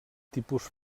tipus